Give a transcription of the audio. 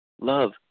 Love